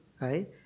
Right